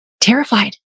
terrified